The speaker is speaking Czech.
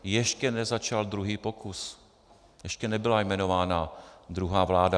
Ještě nezačal druhý pokus, ještě nebyla jmenována druhá vláda.